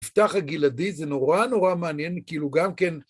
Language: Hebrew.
יפתח הגלעדי זה נורא נורא מעניין, כאילו גם כן...